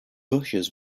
bushes